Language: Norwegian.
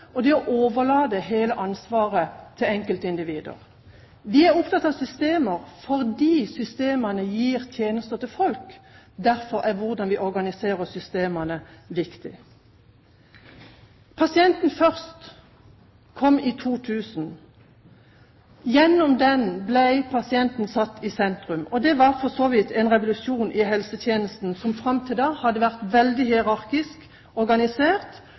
og det å overlate hele ansvaret til enkeltindivider. Vi er opptatt av systemer fordi systemene gir tjenester til folk. Derfor er det viktig hvordan vi organiserer systemene. «Pasienten først» kom i 2000. Gjennom den ble pasienten satt i sentrum. Det var for så vidt en revolusjon i helsetjenesten som fram til da hadde vært veldig hierarkisk organisert,